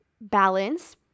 balance